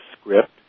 script